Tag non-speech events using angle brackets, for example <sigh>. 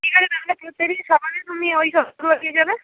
ঠিক আছে তাহলে প্রত্যেক দিন সকালে তুমি ওই সবজি <unintelligible> দিয়ে যাবে